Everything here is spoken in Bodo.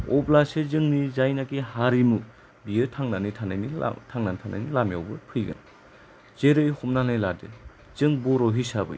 अब्लासो जोंनि जायनोखि हारिमु बेयो थांनानै थानायनि लामायाव फैगोन जेरै हमनानै लादो जों बर' हिसाबै